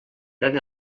pren